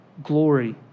glory